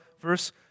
verse